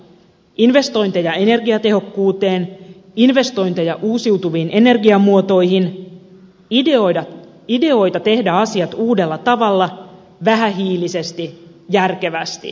investointeja energiatehokkuuteen investointeja uusiutuviin energiamuotoihin ideoita tehdä asiat uudella tavalla vähähiilisesti järkevästi toisin